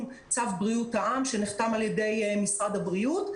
צו בריאות העם שנחתם על ידי משרד הבריאות.